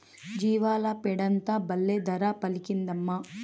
జీవాల పెండంతా బల్లే ధర పలికిందమ్మా